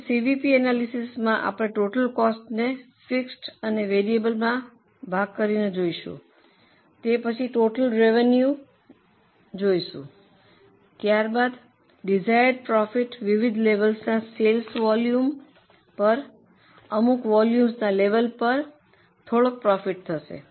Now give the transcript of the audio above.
તેથી સીવીપી એનાલિસિસમાં આપણે ટોટલ કોસ્ટને ફિક્સડ અને વેરિયેબલમાં ભાગ કરીને જોયીશું તે પછી અમે ટોટલ રેવેન્યુને જોઈશું ત્યારબાદ દિશાયેંર્ડ પ્રોફિટ વિવિધ લેવલસના સેલ્સ વોલ્યુમ પર અમુક વોલ્યુમના લેવલ પર થોડો પ્રોફિટ થશે